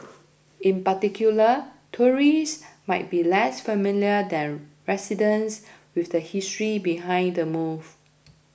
in particular tourists might be less familiar than residents with the history behind the move